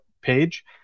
page